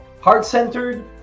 heart-centered